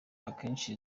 akenshi